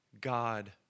God